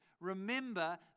remember